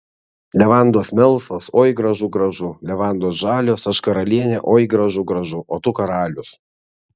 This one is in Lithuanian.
levandos melsvos oi gražu gražu levandos žalios aš karalienė oi gražu gražu o tu karalius